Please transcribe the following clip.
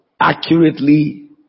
accurately